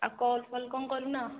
ଆଉ କଲ୍ ଫଲ୍ କ'ଣ କରୁନ